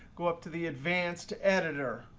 go up to the advanced editor.